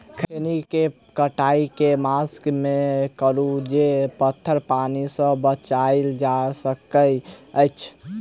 खैनी केँ कटाई केँ मास मे करू जे पथर पानि सँ बचाएल जा सकय अछि?